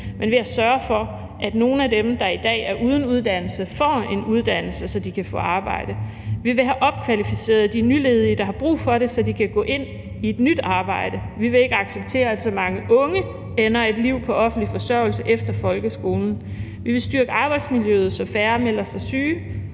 men ved at sørge for, at nogle af dem, der i dag er uden uddannelse, får en uddannelse, så de kan få arbejde. Vi vil have opkvalificeret de nyledige, der har brug for det, så de kan gå ind i et nyt arbejde. Vi vil ikke acceptere, at så mange unge ender i et liv på offentlig forsørgelse efter folkeskolen. Vi vil styrke arbejdsmiljøet, så færre melder sig syge,